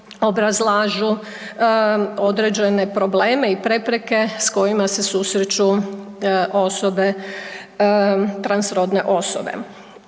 obrazlažu određene probleme i prepreke s kojima se susreću transrodne osobe.